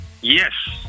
Yes